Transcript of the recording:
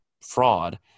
fraud